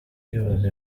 kwibaza